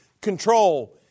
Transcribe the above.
control